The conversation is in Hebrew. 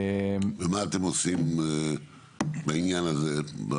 ומה אתם עושים בעניין הזה?